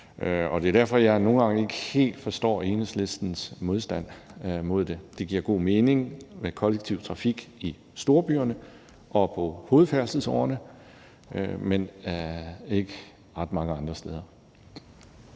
Det er derfor, at jeg nogle gange ikke helt forstår Enhedslistens modstand mod det. Det giver god mening med kollektiv trafik i storbyerne og på hovedfærdselsårene, men ikke ret mange andre steder.